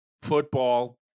football